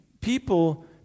people